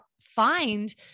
find